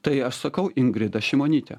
tai aš sakau ingrida šimonytė